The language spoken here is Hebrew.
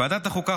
ועדת החוקה,